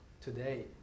Today